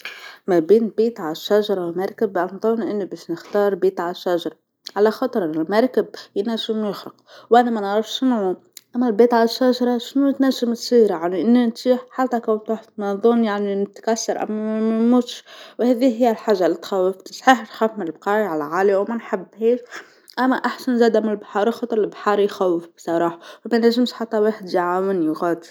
ما بين بيت عالشجره ومركب نظن أني باش نختار بيت عالشجره، علاخاطر المركب ينجم يغرق وأنا مانعرفش نعوم، أما البيت عالشجره شنوا تنجم تصير عليه حتى كان تروح تنوضوني أني نتكسر أما ما نموتش، وهاذي هي الحاجه اللي تخوف، صحيح نخاف من البقايه عالعالي وما نحبهاش أما أحسن زاده من البحر علاخاطر البحر يخوف بصراحه وما ينجمش حتى واحد يعاوني وغادي.